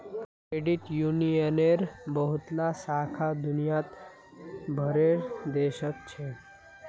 credit यूनियनेर बहुतला शाखा दुनिया भरेर देशत छेक